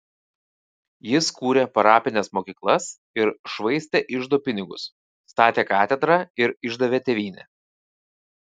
jis kūrė parapines mokyklas ir švaistė iždo pinigus statė katedrą ir išdavė tėvynę